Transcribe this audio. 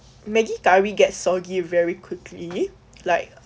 like maggie curry get soggy very quickly like